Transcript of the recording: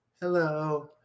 hello